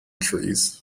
trees